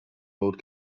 old